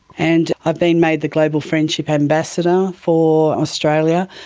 and i've been made the global friendship ambassador for australia,